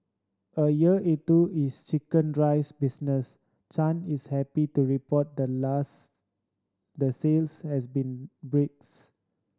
a year into his chicken rice business Chan is happy to report the last the sales has been breaks